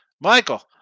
Michael